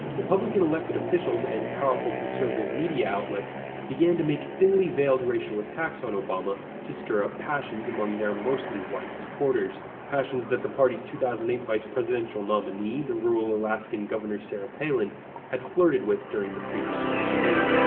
republican elected officials and powerful conservative media outlets began to make thinly veiled racial attacks on obama to stir up passions among their mostly white supporters passions that the party's two thousand and eight vice presidential nominee the rural alaskan governor sarah palin had flirted with during the previous campaign.